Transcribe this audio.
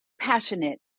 passionate